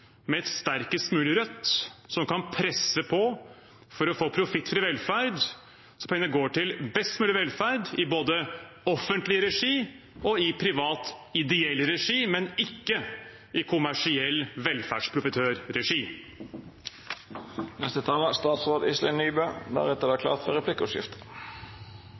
med et sterkest mulig Rødt, som kan presse på for å hindre profitt fra velferd, så pengene går til best mulig velferd både i offentlig regi og i privat ideell regi, men ikke i kommersiell velferdsprofitørregi. Velferdstjenesteutvalget ble satt ned for å kartlegge pengestrømmer i offentlig finansierte tjenester. Utvalgets mandat var